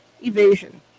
Evasion